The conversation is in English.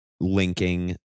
linking